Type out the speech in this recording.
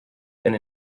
and